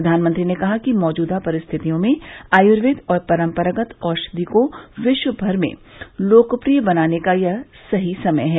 प्रधानमंत्री ने कहा कि मौजूदा परिस्थितियों में आयुर्वेद और परंपरागत औषधि को विश्वस्तर पर लोकप्रिय बनाने का सही समय है